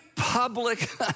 Public